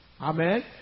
Amen